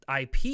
IP